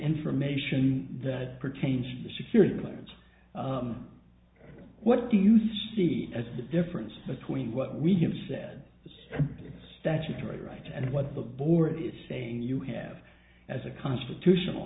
information that pertains to the security clearance what do you see as the difference between what we have set this statutory right and what the board is saying you have as a constitutional